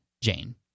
Jane